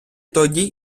тоді